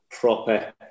proper